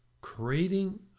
Creating